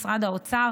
משרד האוצר